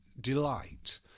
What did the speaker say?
delight